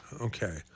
Okay